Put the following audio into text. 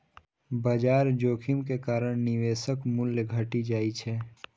बाजार जोखिम के कारण निवेशक मूल्य घटि जाइ छै